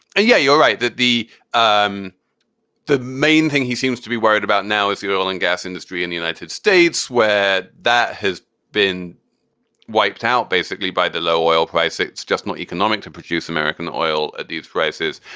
yeah, you're right that the um the main thing he seems to be worried about now is the oil and gas industry in the united states where that has been wiped out basically by the low oil price it's just not economic to produce american oil at these prices,